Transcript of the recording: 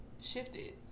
shifted